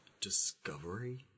Discovery